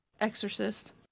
Exorcist